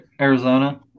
Arizona